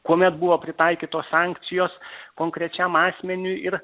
kuomet buvo pritaikytos sankcijos konkrečiam asmeniui ir